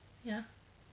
ya